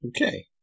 Okay